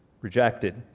rejected